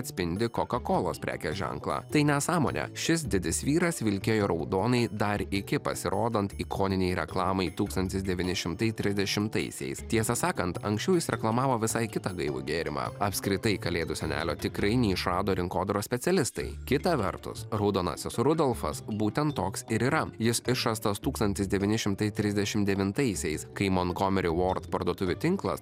atspindi kokakolos prekės ženklą tai nesąmonė šis didis vyras vilkėjo raudonai dar iki pasirodant ikoninei reklamai tūkstantis devyni šimtai trisdešimtaisiais tiesą sakant anksčiau jis reklamavo visai kitą gaivų gėrimą apskritai kalėdų senelio tikrai neišrado rinkodaros specialistai kita vertus raudonasis rudolfas būtent toks ir yra jis išrastas tūkstantis devyni šimtai trisdešim devintaisiais kai montgomeri vord parduotuvių tinklas